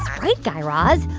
it's bright, guy raz.